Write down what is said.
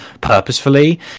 purposefully